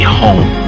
home